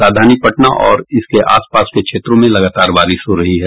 राजधानी पटना और इसके आसपास के क्षेत्रों में लगातार बारिश हो रही है